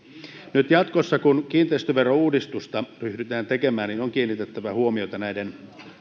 nyt jatkossa kun kiinteistöverouudistusta ryhdytään tekemään on kiinnitettävä huomiota näiden